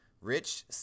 Rich